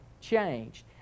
changed